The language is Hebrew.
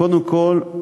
קודם כול,